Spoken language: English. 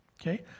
Okay